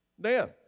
Death